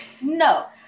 No